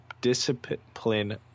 discipline